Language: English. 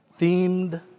themed